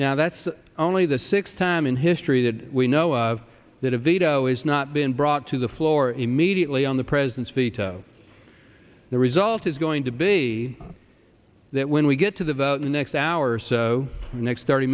now that's only the sixth time in history that we know of that a veto is not been brought to the floor immediately on the president's veto the result is going to be that when we get to the vote in the next hour or so the next thirty